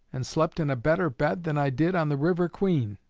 and slept in a better bed than i did on the river queen.